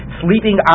sleeping